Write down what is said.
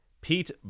Pete